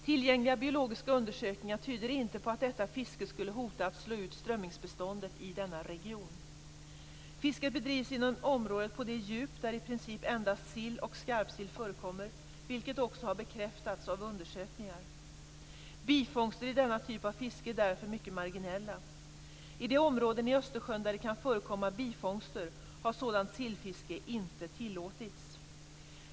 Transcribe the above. Tillgängliga biologiska undersökningar tyder inte på att detta fiske skulle hota att slå ut strömmingbeståndet i denna region. Fisket bedrivs inom områden på de djup där i princip endast sill och skarpsill förekommer, vilket också har bekräftats av undersökningar. Bifångster i denna typ av fiske är därför mycket marginella. I de områden i Östersjön där det kan förekomma bifångster har sådant sillfiske inte tillåtits.